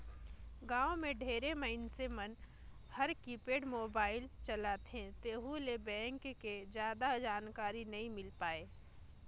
गांव मे ढेरे मइनसे मन हर कीपेड मोबाईल चलाथे तेहू मे बेंक के जादा जानकारी नइ मिल पाये